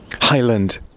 Highland